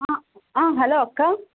ஆ ஆ ஹலோ அக்கா